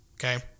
Okay